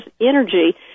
energy